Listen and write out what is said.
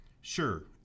Sure